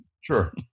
Sure